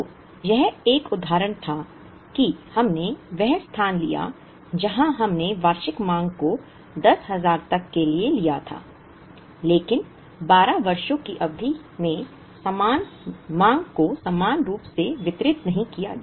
तो यह एक उदाहरण था कि हमने वह स्थान लिया जहां हमने वार्षिक मांग को 10000 तक ले लिया था लेकिन 12 वर्षों की अवधि में समान मांग को समान रूप से वितरित नहीं किया गया